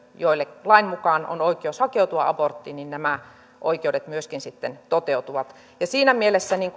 joilla lain mukaan on oikeus hakeutua aborttiin nämä oikeudet myöskin sitten toteutuvat siinä mielessä